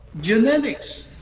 genetics